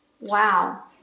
Wow